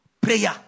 prayer